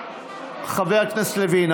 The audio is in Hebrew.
חבר הכנסת לוין,